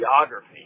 geography